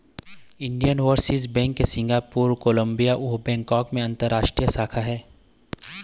Indian overseas bank के Singapore, Colombo अउ Bangkok म अंतररास्टीय शाखा हे